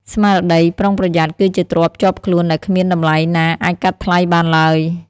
ស្មារតីប្រុងប្រយ័ត្នគឺជាទ្រព្យជាប់ខ្លួនដែលគ្មានតម្លៃណាអាចកាត់ថ្លៃបានឡើយ។